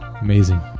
Amazing